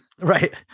Right